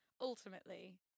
ultimately